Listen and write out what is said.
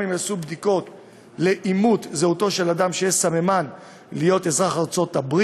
גם אם יעשו בדיקות לאימות זהותו של אדם שיש סממן להיותו אזרח ארה"ב,